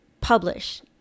publish